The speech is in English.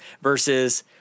versus